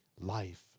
life